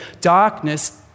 darkness